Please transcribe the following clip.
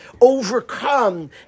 overcome